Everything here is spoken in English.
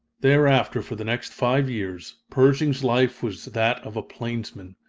thereafter, for the next five years, pershing's life was that of a plainsman.